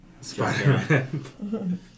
Spider-Man